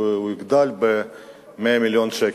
והוא הוגדל ב-100 מיליון שקל.